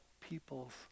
peoples